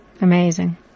Amazing